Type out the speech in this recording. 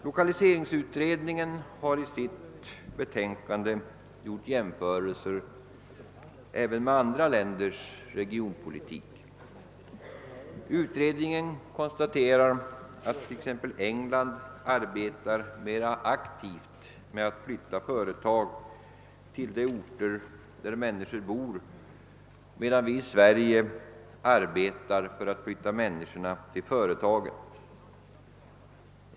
Lokaliseringsutredningen har i sitt betänkande gjort jämförelser med andra länders regionpolitik. Utredningen konstaterar att t.ex. England arbetar mera aktivt med att flytta företagen till orter där människorna bor, medan Sverige arbetar för att flytta människorna till företagen.